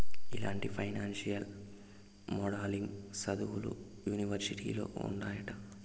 ఇలాంటి financial modelling సదువులు యూనివర్సిటీలో ఉంటాయంట